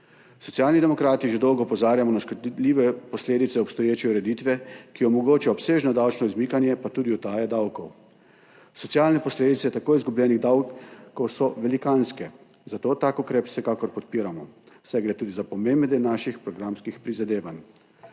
Socialni demokrati že dolgo opozarjamo na škodljive posledice obstoječe ureditve, ki omogoča obsežno davčno izmikanje pa tudi utaje davkov. Socialne posledice tako izgubljenih davkov so velikanske, zato tak ukrep vsekakor podpiramo, saj gre tudi za pomemben del naših programskih prizadevanj.